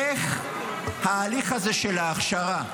איך ההליך הזה של ההכשרה,